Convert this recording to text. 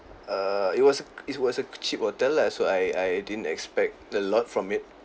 err it was a it was a cheap hotel lah so I I didn't expect a lot from it